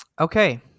okay